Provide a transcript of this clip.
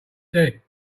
dead